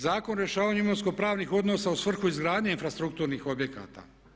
Zakon o rješavanju imovinsko-pravnih odnosa u svrhu izgradnje infrastrukturnih objekata.